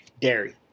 dairy